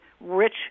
rich